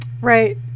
right